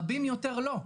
רבים יותר לא,